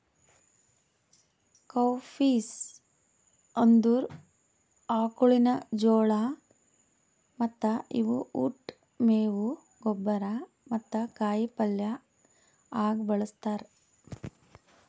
cowpeas ಅಂದುರ್ ಆಕುಳಿನ ಜೋಳ ಮತ್ತ ಇವು ಉಟ್, ಮೇವು, ಗೊಬ್ಬರ ಮತ್ತ ಕಾಯಿ ಪಲ್ಯ ಆಗ ಬಳ್ಸತಾರ್